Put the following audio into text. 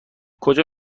کجا